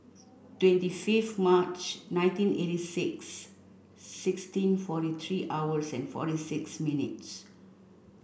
twenty fifth March nineteen eighty six sixteen forty three hours and forty six minutes